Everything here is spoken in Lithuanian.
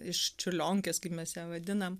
iš čiurlionkės kaip mes ją vadinam